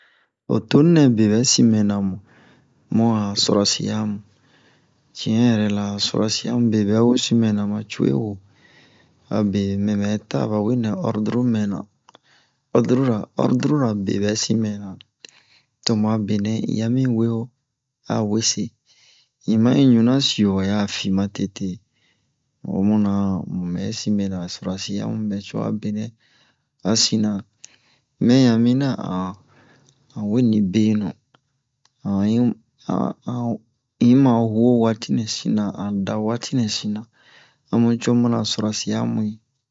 Ho tonu nɛ bebɛ sin mɛna mu a ho sorasiyamu ci'in yɛrɛ la sorasiyamu bebɛ wesin mɛna abe mɛ bɛ ta a bawe nɛ orduru mɛna ordurura ordurura bebɛ sin mɛna tomu a benɛ in ya mi wemu a wese un ma in ɲuna siyo wa ya'a fi ma tete omu na mubɛ sin mɛna sorasiyamu bɛ co a benɛ a sina mɛ ya mina an we nibenu a un yi an an in ma huwo waati nɛ sina an da waati nə sina omu co mana sorasiyamu